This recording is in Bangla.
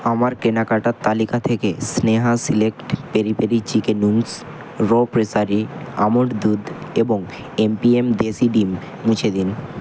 আমার কেনাকাটার তালিকা থেকে Sneha select peri peri chicken wings র প্রেসারি আমন্ড দুধ এবং এমপিএম দেশি ডিম মুছে দিন